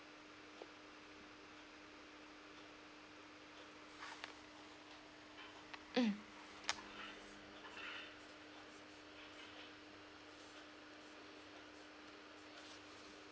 mm